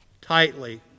tightly